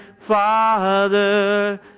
Father